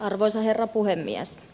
arvoisa herra puhemies